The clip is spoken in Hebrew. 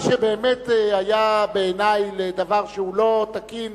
מה שבאמת היה בעיני לדבר שהוא לא תקין